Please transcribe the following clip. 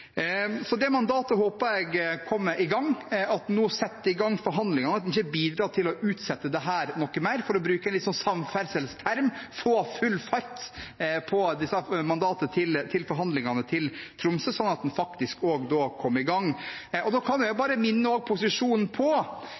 Så det mandatet håper jeg en kommer i gang med, og at en setter i gang forhandlinger og ikke bidrar til å utsette dette lenger. For å bruke litt samferdselsterminologi: Få full fart på arbeidet med mandatet for forhandlingene om Tromsø, slik at en faktisk kommer i gang. Da kan jeg også minne posisjonen